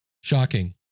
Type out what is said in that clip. Shocking